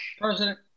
President